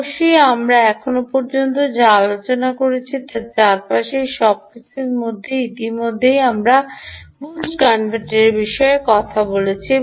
অবশ্যই আমরা এখন পর্যন্ত যা আলোচনা করেছি তার চারপাশের সবকিছু ইতিমধ্যে ছিল যে আমরা বুস্ট কনভার্টারের বিষয়ে কথা বলছি